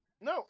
No